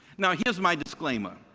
now, here's my disclaimer.